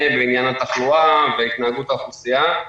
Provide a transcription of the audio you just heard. בעניין התחלואה והתנהגות האוכלוסייה.